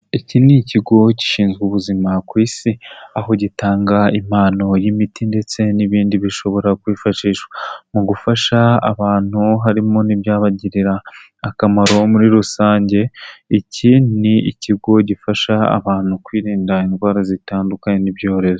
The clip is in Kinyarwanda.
Iki ni ikigo gishinzwe ubuzima ku isi, aho gitanga impano y'imiti ndetse n'ibindi bishobora kwifashishwa mu gufasha abantu harimo n'ibyabagirira akamaro muri rusange, iki ni ikigo gifasha abantu kwirinda indwara zitandukanye n'ibyorezo.